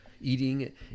eating